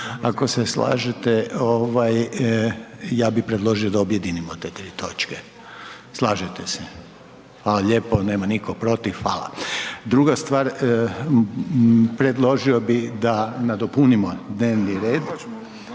ako se slažete ovaj ja bi predložio da objedinimo te tri točke. Slažete se, hvala lijepo. Nema nitno protiv? Hvala. Druga stvar, predložio bi da nadopunimo dnevni red,